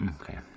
okay